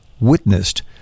witnessed